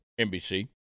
NBC